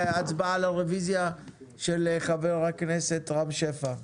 בהצבעה על הרביזיה של חבר הכנסת רם שפע.